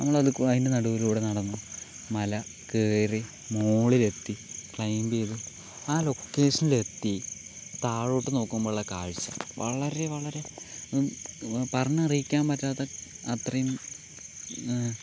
നമ്മൾ തൊക്ക് അതിന് നടുവിലൂടെ നടന്ന് മല കയറി മുകളിലെത്തി ക്ലൈമ്പ് ചെയ്ത് ആ ലൊക്കേഷനിലെത്തി താഴോട്ട് നോക്കുമ്പോഴുള്ള കാഴ്ച്ച വളരെ വളരെ പറഞ്ഞറിയിക്കാൻ പറ്റാത്ത അത്രയും